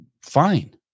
fine